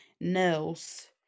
nails